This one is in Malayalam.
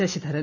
ശശിധരൻ